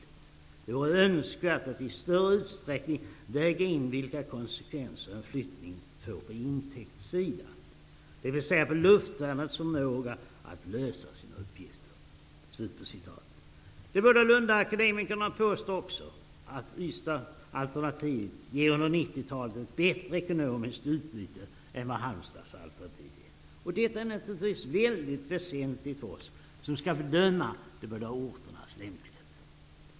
Det vore önskvärt att i större utsträckning väga in vilka konsekvenser en flyttning får på ''intäktssidan', dvs. på luftvärnets förmåga att lösa sina uppgifter.'' De båda lundaakademikerna påstår också att Ystadalternativet under 1990-talet ger ett bättre ekonomiskt utbyte än vad Halmstadalternativet ger. Detta är naturligtvis mycket väsentligt för oss som skall bedöma de båda orternas lämplighet.